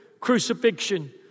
crucifixion